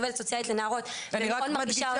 עובדת סוציאלית לנערות --- אני רק מדגישה